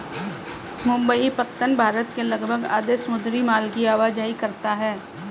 मुंबई पत्तन भारत के लगभग आधे समुद्री माल की आवाजाही करता है